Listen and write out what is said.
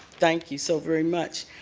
thank you so very much.